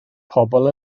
pobl